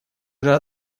уже